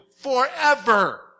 forever